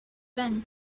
been